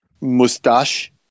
moustache